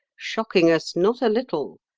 shocking us not a little